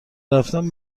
رفتن